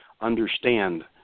understand